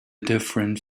different